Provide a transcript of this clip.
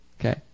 Okay